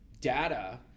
data